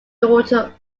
daughter